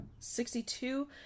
62